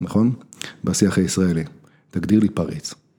נכון, בשיח הישראלי. תגדיר לי פריץ.